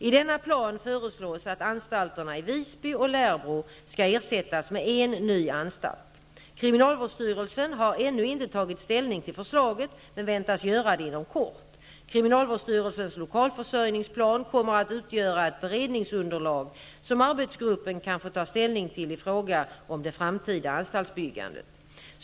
I denna plan föreslås att anstalterna i Visby och Lärbro skall ersättas med en ny anstalt. Kriminalvårdsstyrelsen har ännu inte tagit ställning till förslaget men väntas göra det inom kort. Kriminalvårdsstyrelsens lokalförsörjningsplan kommer att utgöra ett beredningsunderlag, som arbetsgruppen kan få ta ställning till i fråga om det framtida anstaltsbyggandet.